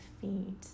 feed